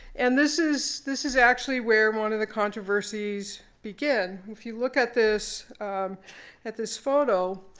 and this is this is actually where one of the controversies begin. if you look at this at this photo,